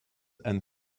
and